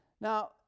now